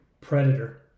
Predator